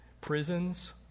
prisons